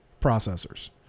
processors